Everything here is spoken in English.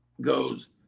goes